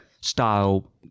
style